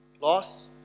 loss